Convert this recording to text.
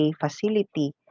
facility